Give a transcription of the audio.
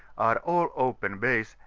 are all open bays,